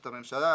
לבקשת הממשלה,